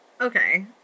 okay